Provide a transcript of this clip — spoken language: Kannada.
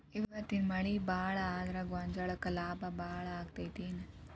ಇವತ್ತಿನ ಮಳಿ ಭಾಳ ಆದರ ಗೊಂಜಾಳಕ್ಕ ಲಾಭ ಆಕ್ಕೆತಿ ಏನ್?